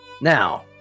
Now